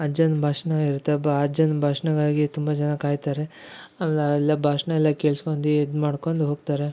ಅಜ್ಜನ ಭಾಷಣ ಇರುತ್ತೆ ಬ ಅಜ್ಜನ ಭಾಷಣಕ್ಕಾಗಿ ತುಂಬಾ ಜನ ಕಾಯ್ತಾರೆ ಆಮೇಲೆ ಅವೆಲ್ಲ ಭಾಷಣ ಎಲ್ಲಾ ಕೇಳ್ಸ್ಕೊಂಡು ಇದು ಮಾಡ್ಕಂಡು ಹೋಗ್ತಾರೆ